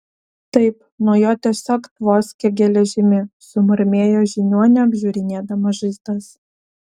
taip nuo jo tiesiog tvoskia geležimi sumurmėjo žiniuonė apžiūrinėdama žaizdas